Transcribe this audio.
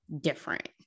different